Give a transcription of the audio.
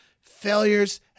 Failures